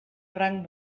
rang